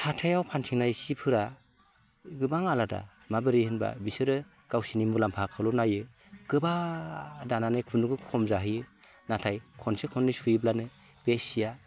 हाथायाव फानथिंनाय सिफोरा गोबां आलादा माबोरै होनोबा बिसोरो गावसोरनि मुलाम्फाखौल' नायो गोबा दानानै खुन्दुंखौ खम जाहोयो नाथाय खनसे खन्नै सुयोब्लानो बे सिया